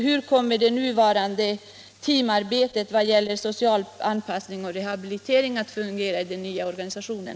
Hur kommer det nuvarande teamarbetet i vad gäller social anpassning och rehabilitering att fungera i den nya organisationen?